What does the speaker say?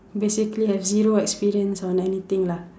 basically have zero experience on anything lah